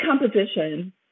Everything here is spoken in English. composition